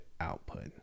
output